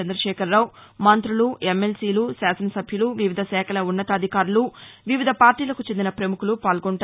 చంద్రశేఖర్రావు మంతులు ఎమ్మెల్సీలు శాసనసభ్యులు వివిధ శాఖల ఉన్నతాధికారులు వివిధ పార్టీలకు చెందిన ప్రముఖులు పాల్గొంటారు